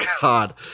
God